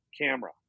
camera